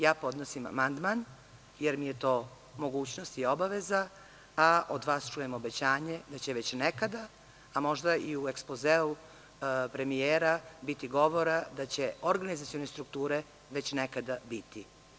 Ja podnosim amandman jer mi je to mogućnost i obaveza, a od vas čujem obećanje da će već nekada, a možda i u ekspozeu premijera biti govora da će organizacione strukture već nekada biti.